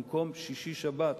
במקום שישי-שבת,